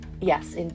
Yes